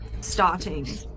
starting